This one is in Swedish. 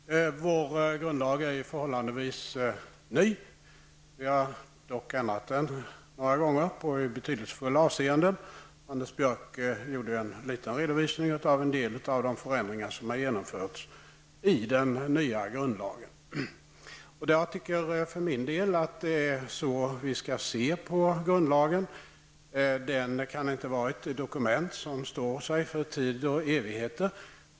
Herr talman! Vår grundlag är ju förhållandevis ny. Vi har dock ändrat den i betydelsefulla avseenden några gånger. Anders Björck gav en liten redovisning av en del av de förändringar som genomförts i den nya grundlagen. Jag tycker att det är så vi skall se på grundlagen. Den kan inte vara ett dokument som står sig för tid och evighet.